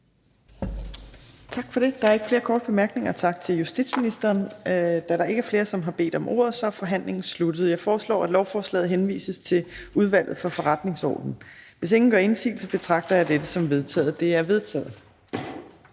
Tak for det. Der er ikke flere korte bemærkninger. Tak til justitsministeren. Da der ikke er flere, som har bedt om ordet, er forhandlingen sluttet. Jeg foreslår, at lovforslaget henvises til Udvalget for Forretningsordenen. Hvis ingen gør indsigelse, betragter jeg dette som vedtaget. Det er vedtaget.